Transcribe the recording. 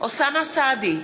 אוסאמה סעדי,